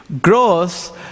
gross